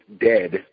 dead